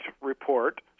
report